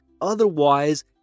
otherwise